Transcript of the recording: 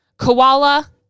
koala